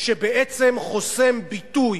שבעצם חוסם ביטוי,